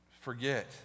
forget